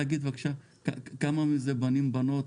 האם תוכלי להגיד בבקשה כמה מזה בנים ובנות?